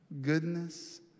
goodness